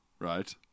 right